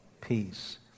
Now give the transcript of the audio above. Peace